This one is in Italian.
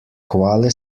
quale